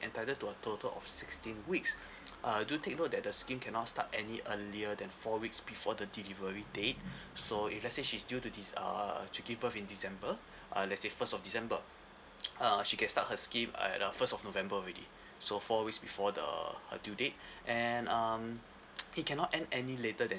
entitled to a total of sixteen weeks uh do take note that the scheme cannot start any earlier than four weeks before the delivery date so if let's say she's due to dece~ err to give birth in december uh let's say first of december uh she can start her scheme at uh first of november already so four weeks before the her due date and um it cannot end any later than